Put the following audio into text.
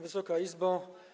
Wysoka Izbo!